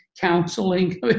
counseling